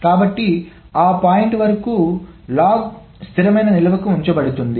కాబట్టి ఆ పాయింట్ వరకు లాగ్ స్థిరమైన నిల్వకి ఉంచబడుతుంది